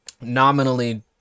nominally